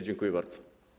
Dziękuję bardzo.